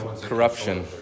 corruption